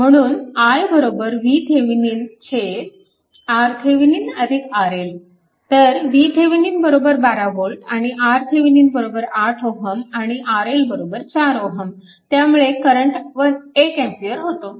म्हणून i VThevenin RThevenin RL तर VThevenin 12V आणि RThevenin 8 Ω आणि RL 4 Ω त्यामुळे करंट 1A होतो